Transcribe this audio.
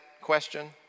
question